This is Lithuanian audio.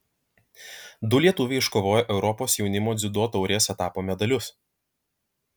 du lietuviai iškovojo europos jaunimo dziudo taurės etapo medalius